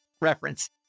reference